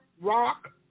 rock